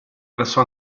presso